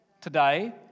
today